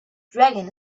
dragon